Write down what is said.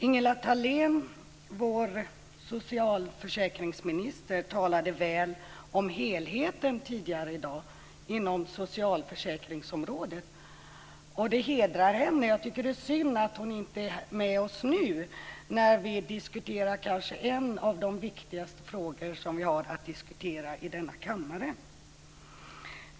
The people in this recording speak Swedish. Ingela Thalén, vår socialförsäkringsminister, talade tidigare i dag väl om helheten inom socialförsäkringsområdet. Det hedrar henne. Jag tycker att det är synd att hon inte är med oss nu när vi diskuterar kanske en av de viktigaste frågor som vi har att diskutera i denna kammare.